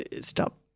stop